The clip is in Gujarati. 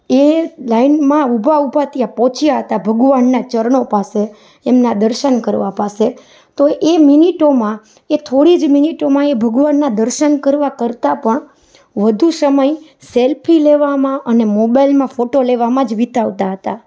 એ લાઇનમાં ઊભા ઊભા ત્યાં પહોંચ્યા હતાં ભગવાનના ચરણો પાસે એમના દર્શન કરવા પાસે તો એ મિનિટોમાં એ થોડી જ મિનિટોમાં એ ભગવાનના દર્શન કરવા કરતાં પણ વધુ સમય સેલ્ફી લેવામાં અને મોબાઈલમાં ફોટો લેવામાં જ વિતાવતાં હતાં